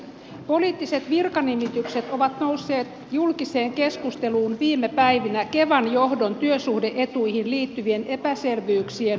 poliittiset virkanimitykset ovat nousseet julkiseen keskusteluun viime päivinä kevan johdon työsuhde etuihin liittyvien epäselvyyksien vuoksi